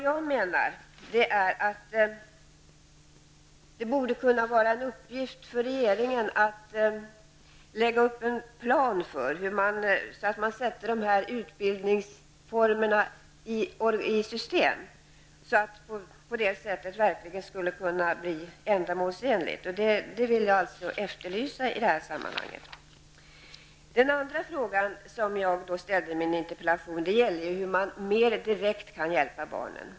Jag menar att det borde vara en uppgift för regeringen att lägga upp en plan för att sätta utbildningsformerna i system, så att de skulle kunna bli verkligt ändamålsenliga. Det är någonting som jag efterlyser i det här sammanhanget. Den andra fråga som jag ställde i min interpellation gällde hur man mer direkt kan hjälpa barnen.